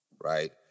right